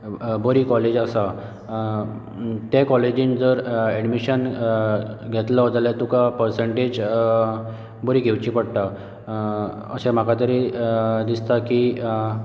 एक बरी कॉलेज आसा ते कॉलेजींत जर ऍडमिशन घेतलो जाल्यार तुका पर्संटेज बरी घेवची पडटा अशें म्हाका तरी दिसता की